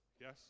Yes